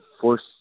force